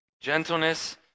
Gentleness